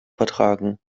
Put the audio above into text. vertragen